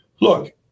look